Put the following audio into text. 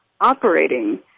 operating